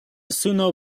suno